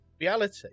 reality